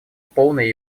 полное